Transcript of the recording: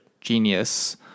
genius